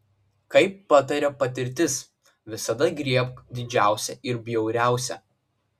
kaip pataria patirtis visada griebk didžiausią ir bjauriausią